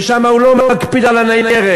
ושם הוא לא מקפיד על הניירת.